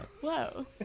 Whoa